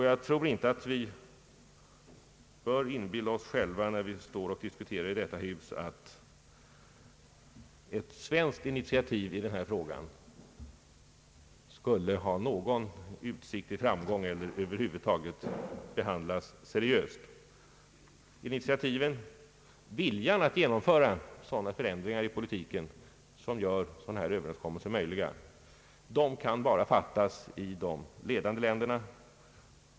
Jag tror inte vi bör inbilla oss själva när vi står och diskuterar i detta hus, att ett svenskt initiativ i denna fråga skulle ha någon utsikt till framgång eller över huvud taget behandlas seriöst. Initiativet — viljan att genomföra sådana förändringar i politiken — som gör sådana här överenskommelser möjliga, kan bara komma från de ledande länderna.